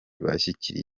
bashyigikiye